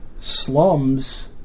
slums